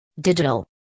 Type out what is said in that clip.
digital